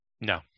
No